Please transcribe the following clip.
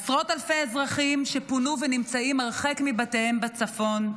עשרות אלפי אזרחים פונו ונמצאים הרחק מבתיהם בצפון,